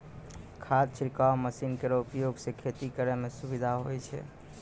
खाद छिड़काव मसीन केरो उपयोग सँ खेती करै म सुबिधा होय छै